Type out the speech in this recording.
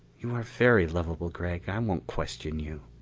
you are very lovable, gregg. i won't question you.